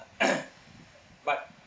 but